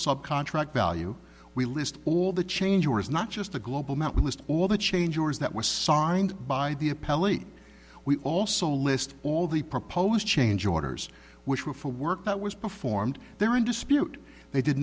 sub contract value we list all the change or is not just the global amount we list all the changes that was signed by the appellate we also list all the proposed change orders which were for work that was performed there in dispute they did